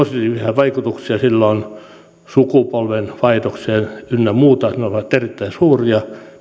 vaikutuksia sillä on sukupolvenvaihdokseen ynnä muuta ne ovat erittäin suuria